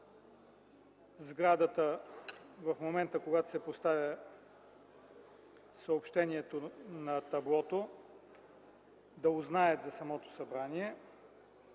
сградата в момента, когато се поставя съобщението на таблото, да узнаят за самото събрание,